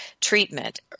treatment